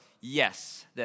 yes